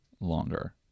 longer